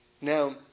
Now